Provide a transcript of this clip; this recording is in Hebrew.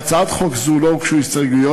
להצעת חוק זו לא הוגשו הסתייגויות,